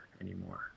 anymore